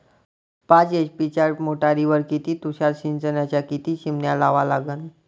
पाच एच.पी च्या मोटारीवर किती तुषार सिंचनाच्या किती चिमन्या लावा लागन?